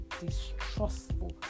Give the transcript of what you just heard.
distrustful